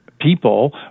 people